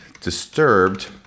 disturbed